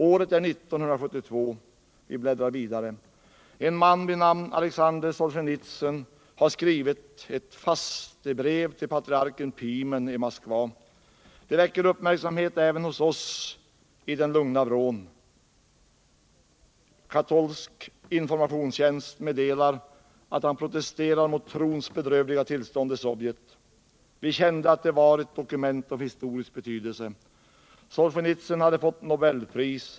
Året är 1972 — vi bläddrar vidare. En man vid namn Alexander Solsjenitsyn har skrivit ett ”fastebrev” till patriarken Pimen i Moskva. Det väcker uppmärksamhet även hos oss i den lugna vrån. Katolsk informationstjänst meddelar att han protesterar mot trons bedrövliga tillstånd i Sovjet. Vi kände att det var ”ett dokument av historisk betydelse”. Solsjenitsyn hade fått Nobelpris.